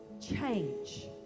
Change